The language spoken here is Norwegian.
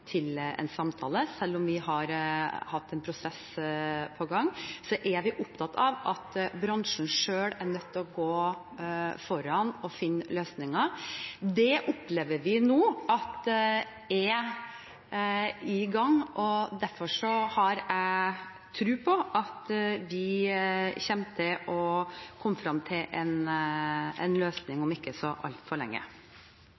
til en samtale, selv om vi har hatt en prosess på gang. Så er vi opptatt av at bransjen selv er nødt til å gå foran og finne løsninger. Det opplever vi nå at er i gang, og derfor har jeg tro på at vi kommer til å komme frem til en løsning